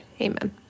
Amen